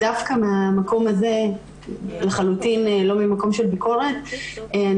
דווקא מהמקום הזה לחלוטין לא ממקום של ביקורת אני